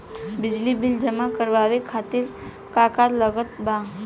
बिजली बिल जमा करावे खातिर का का लागत बा?